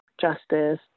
justice